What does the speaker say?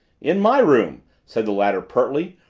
in my room, said the latter pertly,